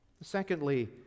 Secondly